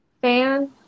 fan